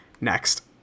Next